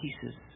pieces